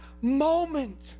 moment